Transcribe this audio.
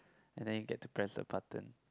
and then you get to press the button